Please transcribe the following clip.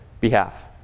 behalf